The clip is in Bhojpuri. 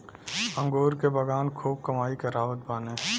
अंगूर के बगान खूब कमाई करावत बाने